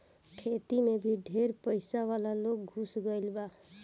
खेती मे भी ढेर पइसा वाला लोग घुस गईल बा